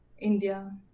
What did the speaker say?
India